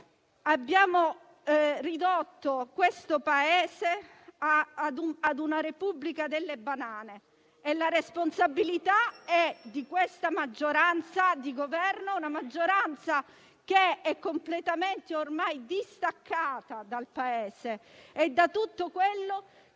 Abbiamo ridotto questo Paese a una repubblica delle banane *(Commenti)* e la responsabilità è di questa maggioranza di Governo, una maggioranza ormai completamente distaccata dal Paese e da tutto quello che è